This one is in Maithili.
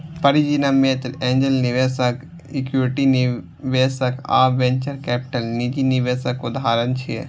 परिजन या मित्र, एंजेल निवेशक, इक्विटी निवेशक आ वेंचर कैपिटल निजी निवेशक उदाहरण छियै